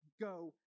go